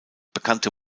bekannte